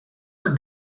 for